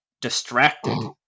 Distracted